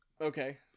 Okay